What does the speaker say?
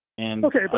Okay